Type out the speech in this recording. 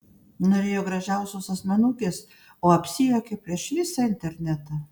norėjo gražiausios asmenukės o apsijuokė prieš visą internetą